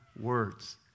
words